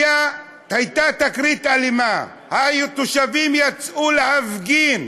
הייתה תקרית אלימה, התושבים יצאו להפגין,